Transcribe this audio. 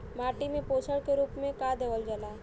माटी में पोषण के रूप में का देवल जाला?